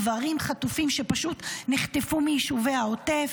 גברים חטופים שפשוט נחטפו מיישובי העוטף: